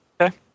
Okay